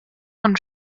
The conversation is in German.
und